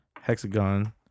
hexagon